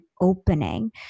Opening